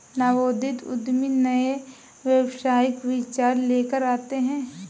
नवोदित उद्यमी नए व्यावसायिक विचार लेकर आते हैं